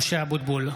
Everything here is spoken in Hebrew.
משה אבוטבול,